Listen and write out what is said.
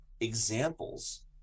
examples